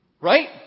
Right